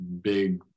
big